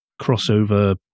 crossover